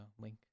Link